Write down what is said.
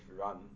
run